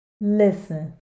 Listen